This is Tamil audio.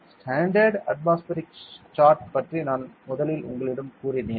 ஸ்டாண்டர்ட் அட்மோஸ்பர்க் ஷார்ட் பற்றி நான் முதலில் உங்களிடம் கூறினேன்